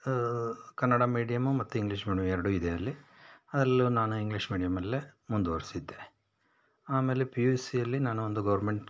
Kannada medium ಮತ್ತು English medium ಎರಡೂ ಇದೆ ಅಲ್ಲಿ ಅಲ್ಲೂ ನಾನು ಇಂಗ್ಲೀಷ್ ಮೀಡಿಯಮ್ಮಲ್ಲೇ ಮುಂದುವರೆಸಿದ್ದೆ ಆಮೇಲೆ ಪಿ ಯು ಸಿಯಲ್ಲಿ ನಾನು ಒಂದು ಗೌರ್ಮೆಂಟ್